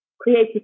creative